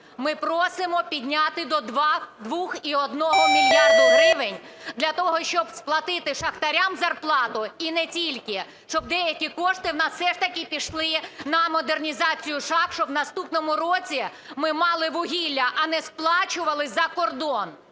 Ми просимо підняти до 2,1 мільярда гривень для того, щоб сплатити шахтарям зарплату, і не тільки – щоб деякі кошти в нас все ж таки пішли на модернізацію шахт, щоб у наступному році ми мали вугілля, а не сплачували за кордон.